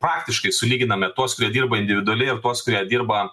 praktiškai sulyginame tuos kurie dirba individualiai ir tuos kurie dirba